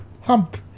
hump